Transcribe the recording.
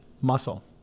muscle